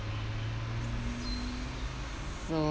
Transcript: so